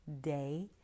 day